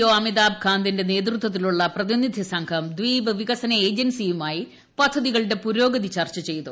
O Amitabh കാന്തിന്റെ നേതൃത്വത്തിലുള്ള പ്രതിനിധി സംഘം ദ്വീപ് വികസന ഏജൻസിയുമായി പദ്ധതികളുടെ പുരോഗതി ചർച്ച ചെയ്തു